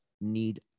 need